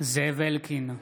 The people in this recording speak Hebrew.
זאב אלקין,